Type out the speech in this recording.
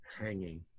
hanging